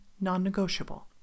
non-negotiable